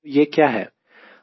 तो यह क्या है